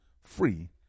free